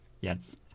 yes